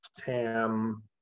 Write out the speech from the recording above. Ham